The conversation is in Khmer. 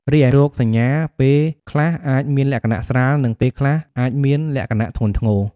រីឯរោគសញ្ញាពេលខ្លះអាចមានលក្ខណៈស្រាល និងពេលខ្លះអាចមានលក្ខណៈធ្ងន់ធ្ងរ។